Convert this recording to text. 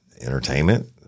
Entertainment